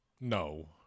No